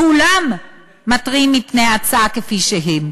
כולם מתריעים מפני ההצעה כפי שהיא.